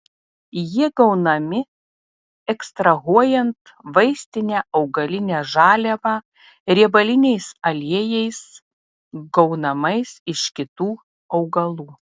jie gaunami ekstrahuojant vaistinę augalinę žaliavą riebaliniais aliejais gaunamais iš kitų augalų